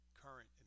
current